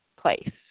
place